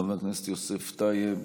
חבר הכנסת יוסף טייב,